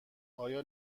آیا